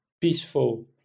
peaceful